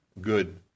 good